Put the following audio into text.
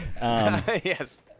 Yes